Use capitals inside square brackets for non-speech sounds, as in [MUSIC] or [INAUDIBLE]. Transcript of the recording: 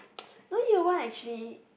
[NOISE] no year one actually